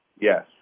Yes